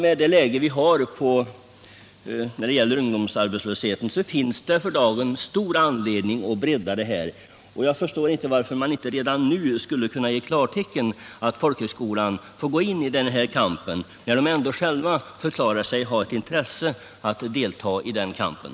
Med det läge vi har när det gäller ungdomsarbetslösheten finns det för dagen stor anledning att bredda denna kursverksamhet, och jag förstår inte varför man inte redan nu skulle kunna ge klartecken för folkhögskolorna att gå in i den här kampen, när de ändå själva förklarar sig ha ett intresse av att delta i den.